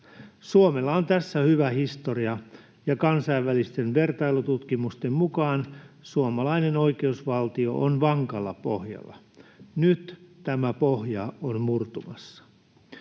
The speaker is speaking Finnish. Suomella on tässä hyvä historia, ja kansainvälisten vertailututkimusten mukaan suomalainen oikeusvaltio on vankalla pohjalla. Nyt tämä pohja on murtumassa.